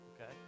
Okay